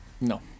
no